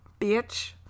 Bitch